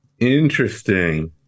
interesting